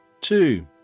two